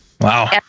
Wow